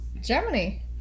Germany